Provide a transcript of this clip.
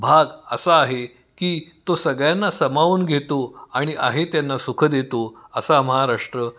भाग असा आहे की तो सगळ्यांना सामावून घेतो आणि आहे त्यांना सुख देतो असा महाराष्ट्र